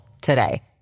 today